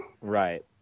Right